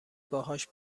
باهاش